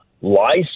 lies